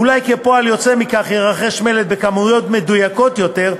אולי כפועל יוצא מכך יירכש מלט בכמויות מדויקות יותר,